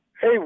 Hey